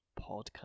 podcast